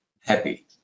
happy